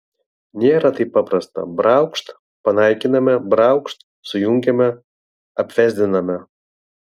nėra taip paprasta braukšt panaikiname braukšt sujungiame apvesdiname